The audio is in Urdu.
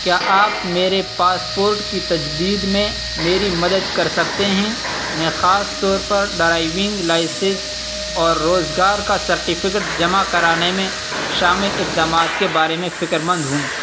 کیا آپ میرے پاسپورٹ کی تجدید میں میری مدد کر سکتے ہیں میں خاص طور پر ڈرائیونگ لائسنس اور روزگار کا سرٹیفکیٹ جمع کرانے میں شامل اقدامات کے بارے میں فکر مند ہوں